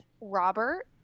robert